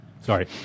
Sorry